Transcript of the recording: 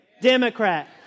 Democrat